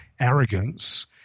arrogance